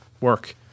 work